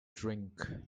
drink